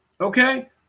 Okay